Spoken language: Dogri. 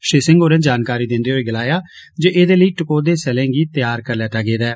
श्री सिंह होरें जानकारी दिन्दे होई गलाया जे ऐदे लेई टकोहदे सैलें गी तैयार करी लेता गेदा ऐ